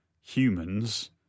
humans